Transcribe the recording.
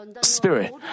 Spirit